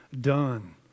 done